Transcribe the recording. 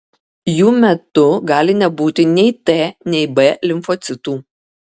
jų metu gali nebūti nei t nei b limfocitų